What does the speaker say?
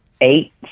eight